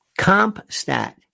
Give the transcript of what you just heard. compstat